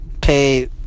pay